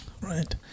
Right